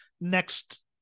next